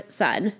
son